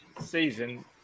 season